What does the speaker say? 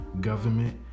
government